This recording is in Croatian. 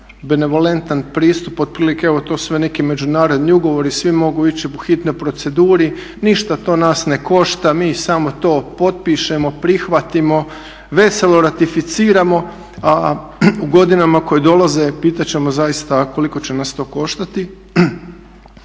benevolentan pristup, otprilike evo to su sve neki međunarodni ugovori, svi mogu ići po hitnoj proceduri, ništa to nas ne košta, mi samo to potpišemo, prihvatimo, veselo ratificiramo, a u godinama koje dolaze pitat ćemo zaista koliko će nas to koštati.